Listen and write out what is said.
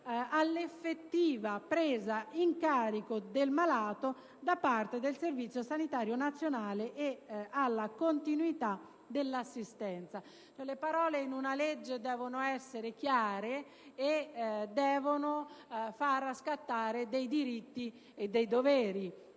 «all'effettiva presa in carico del malato da parte del Servizio sanitario nazionale ed alla continuità dell'assistenza». Le parole, in una legge, devono essere chiare e devono far scattare diritti e doveri.